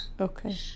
Okay